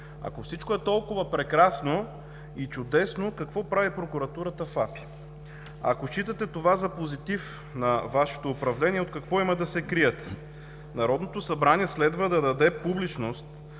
Ако всичко е толкова прекрасно и чудесно, какво прави прокуратурата в АПИ? Ако считате това за позитив на Вашето управление, от какво има да се крият? Народното събрание следва да даде публичност,